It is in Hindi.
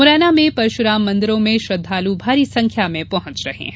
मुरैना में परशुराम मंदिरों में श्रद्वालू भारी संख्या में पहुंच रहे है